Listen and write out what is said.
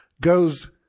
goes